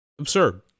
Absurd